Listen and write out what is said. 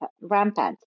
rampant